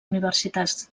universitats